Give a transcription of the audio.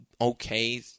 okay